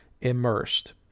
immersed